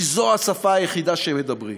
כי זו השפה היחידה שהם מדברים,